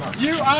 you